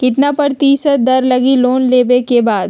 कितना प्रतिशत दर लगी लोन लेबे के बाद?